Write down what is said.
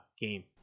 game